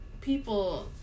people